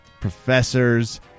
professors